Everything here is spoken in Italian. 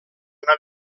una